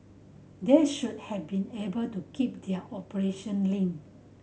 they should have been able to keep their operation lean